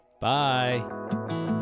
Bye